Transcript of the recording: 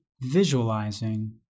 visualizing